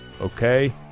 Okay